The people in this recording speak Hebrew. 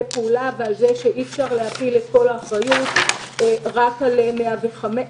פעולה ועל כך שאי אפשר להטיל את כל האחריות רק על המשטרה.